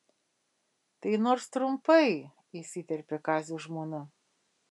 tai nors trumpai įsiterpė kazio žmona